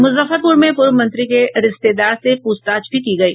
मुजफ्फरपुर में पूर्व मंत्री के रिश्तेदार से प्रछताछ भी की गयी